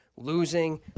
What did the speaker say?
Losing